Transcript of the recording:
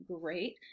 great